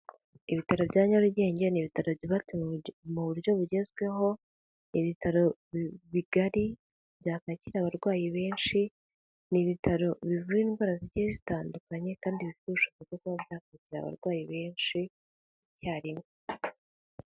Ibitaro bya Nyarugenge ni ibitaro byubatse mu buryo bugezweho, ibitaro bigari byakakira abarwayi benshi, ni ibitaro bivura indwara zigiye zitandukanye kandi bifite ubushobozi bwo kuba byakwakira abarwayi benshi icyarimwe.